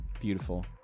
beautiful